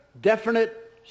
definite